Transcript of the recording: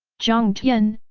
jiang tian,